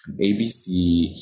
ABC